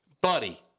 buddy